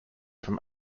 from